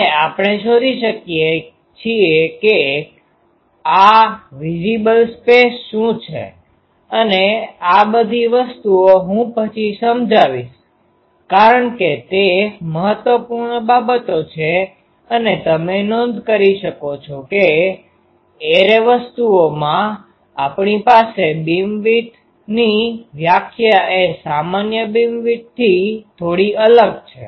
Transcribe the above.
અને આપણે શોધી શકીએ કે આ વિઝીબલ સ્પેસ શું છે અને આ બધી વસ્તુઓ હું પછી સમજાવીસ કારણ કે તે મહત્વપૂર્ણ બાબતો છે અને તમે નોંધ કરી શકો છો કે એરે વસ્તુઓમાંઆપણી પાસે બીમવિડ્થbeamwidthબીમની પહોળાઈની વ્યાખ્યા એ સામાન્ય બીમવિડ્થથી થોડી અલગ છે